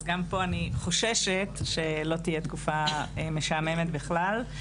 אז גם פה אני חוששת שלא תהיה תקופה משעממת בכלל.